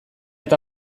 eta